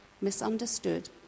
misunderstood